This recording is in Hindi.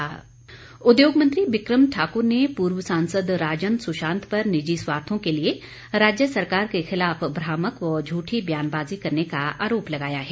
बिक्रम सिंह उद्योग मंत्री बिकम ठाक्र ने पूर्व सांसद राजन सुशांत पर निजी स्वार्थों के लिए राज्य सरकार के खिलाफ भ्रामक व झूठी बयानबाजी करने का आरोप लगाया है